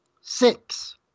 Six